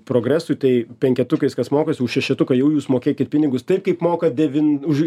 progresui tai penketukais kas mokosi už šešetuką jau jūs mokėkit pinigus taip kaip mokat devin už